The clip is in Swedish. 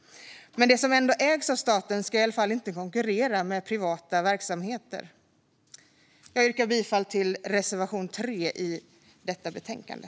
Men de som ändå ägs av staten ska i alla fall inte konkurrera med privata verksamheter. Jag yrkar bifall till reservation 3 i detta betänkande.